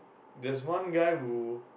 there's one guy who